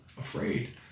afraid